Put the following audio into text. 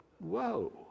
Whoa